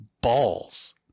balls